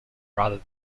rather